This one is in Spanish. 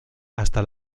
hasta